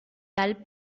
tal